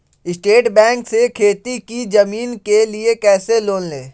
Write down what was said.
State Bank से खेती की जमीन के लिए कैसे लोन ले?